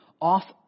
off